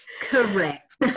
Correct